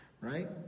Right